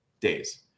days